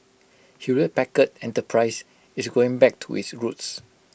Hewlett Packard enterprise is going back to its roots